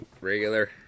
regular